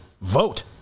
Vote